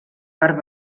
part